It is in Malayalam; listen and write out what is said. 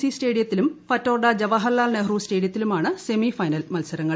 സി സ്റ്റേഡിയത്തിലും ഫറ്റോർഡ ജവഹർലാൽ നെഹ്റു സ്റ്റേഡിയത്തിലുമാണ് സെമിഫൈനൽ മത്സരങ്ങൾ